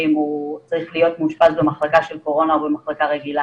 אם הוא צריך להיות מאושפז במחלקה של קורונה או במחלקה רגילה.